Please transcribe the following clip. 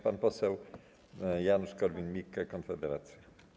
Pan poseł Janusz Korwin-Mikke, Konfederacja.